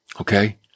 Okay